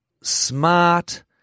smart